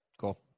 Cool